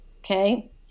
okay